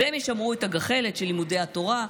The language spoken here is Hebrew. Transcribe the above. והם ישמרו את הגחלת של לימודי התורה.